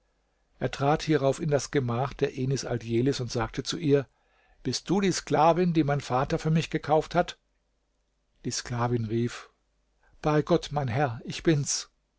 er trat hierauf in das gemach der enis aldjelis und sagte zu ihr bist du die sklavin die mein vater für mich gekauft hat die sklavin rief bei gott mein herr ich bin's